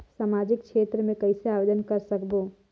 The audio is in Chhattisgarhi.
समाजिक क्षेत्र मे कइसे आवेदन कर सकबो?